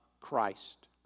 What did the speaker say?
Christ